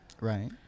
Right